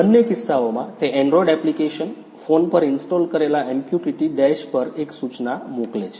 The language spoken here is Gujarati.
બંને કિસ્સાઓમાં તે એન્ડ્રોઇડ એપ્લિકેશન ફોન પર ઇન્સ્ટોલ કરેલા MQTT ડેશ પર એક સૂચના મોકલે છે